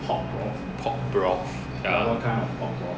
pork broth ya